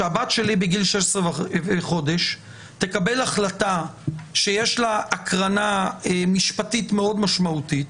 שהבת שלי בגיל 16 וחודש תקבל החלטה שיש לה הקרנה משפטית מאוד משמעותית,